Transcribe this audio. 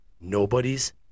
Nobody's